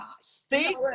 See